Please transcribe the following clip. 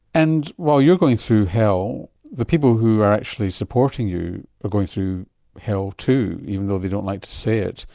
and while you're going through hell the people who are actually supporting you are going through hell too even though they don't like to say it.